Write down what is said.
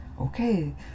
okay